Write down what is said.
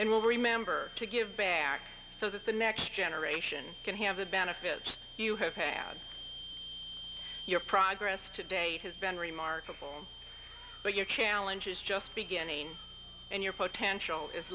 and will remember to give back so that the next generation can have the benefits you have your progress to date has been remarkable but your challenge is just beginning and your potential is